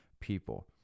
people